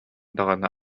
даҕаны